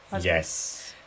Yes